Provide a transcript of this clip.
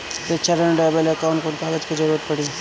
शिक्षा ऋण लेवेला कौन कौन कागज के जरुरत पड़ी?